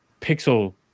pixel